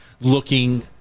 looking